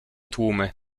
tłumy